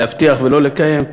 להבטיח ולא לקיים?